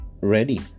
ready